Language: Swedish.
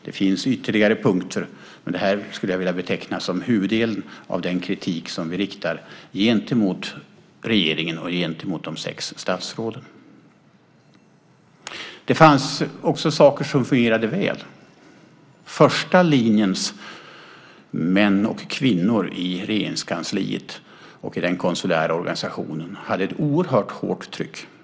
Det finns ytterligare ett antal punkter, men jag skulle vilja beteckna detta som huvuddelen av den kritik som vi riktar mot regeringen och de sex statsråden. Det fanns också saker som fungerade väl. Första linjens män och kvinnor i Regeringskansliet och i den konsulära organisationen hade ett mycket hårt tryck på sig.